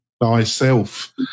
thyself